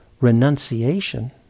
renunciation